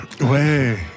Ouais